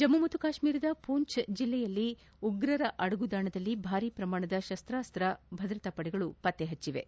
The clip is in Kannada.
ಜಮ್ಮು ಮತ್ತು ಕಾಶ್ಮೀರದ ಪೂಂಚ್ ಜಿಲ್ಲೆಯಲ್ಲಿ ಉಗ್ರರ ಅಡಗು ತಾಣದಲ್ಲಿ ಭಾರೀ ಪ್ರಮಾಣದ ಶಸ್ತಾಸ್ತ್ರಗಳನ್ನು ಭದ್ರತಾಪಡೆ ಪತ್ತೆ ಹೆಚ್ಚಿವೆ